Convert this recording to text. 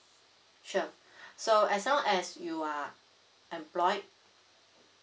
sure so as long as you are employed